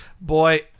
Boy